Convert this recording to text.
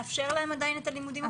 לאפשר להם עדיין את הלימודים הפרונטליים.